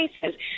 cases